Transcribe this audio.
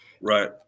right